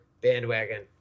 bandwagon